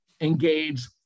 engage